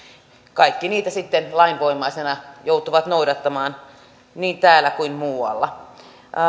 kaikki niitä sitten lainvoimaisena joutuvat noudattamaan niin täällä kuin muualla